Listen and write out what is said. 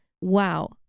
wow